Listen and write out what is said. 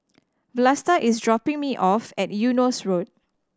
Vlasta is dropping me off at Eunos Road